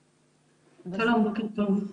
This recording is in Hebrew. שלום בוקר טוב.